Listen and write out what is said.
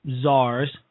czars